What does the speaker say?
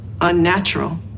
unnatural